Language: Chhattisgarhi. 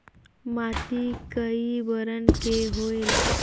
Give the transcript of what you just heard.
माटी कई बरन के होयल?